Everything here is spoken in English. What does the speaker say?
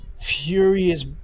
furious